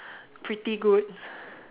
pretty good